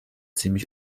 ziemlich